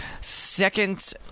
second